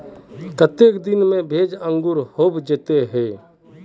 केते दिन में भेज अंकूर होबे जयते है?